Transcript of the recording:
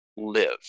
live